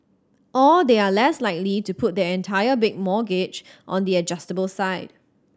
or they are less likely to put their entire big mortgage on the adjustable side